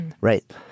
right